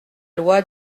loi